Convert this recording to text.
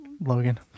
Logan